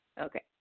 Okay